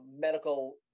medical